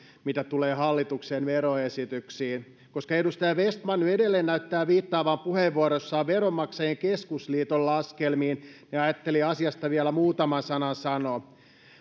mitä tulee hallituksen veroesityksiin koska edustaja vestman nyt edelleen näyttää viittaavan puheenvuoroissaan veronmaksajain keskusliiton laskelmiin ajattelin asiasta vielä muutaman sanan sanoa